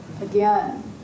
again